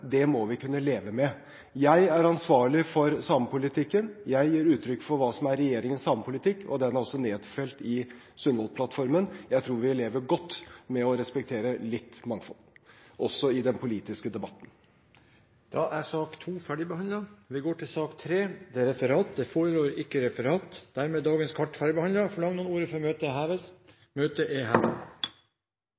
Det må vi kunne leve med. Jeg er ansvarlig for samepolitikken, jeg gir uttrykk for hva som er regjeringens samepolitikk, og den er også nedfelt i Sundvolden-plattformen. Vi lever godt med å respektere litt mangfold også i den politiske debatten. Sak nr. 2 er dermed ferdigbehandlet. Det foreligger ikke noe referat. Dermed er dagens kart ferdigbehandlet. Forlanger noen ordet før møtet heves?